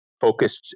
focused